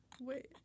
Wait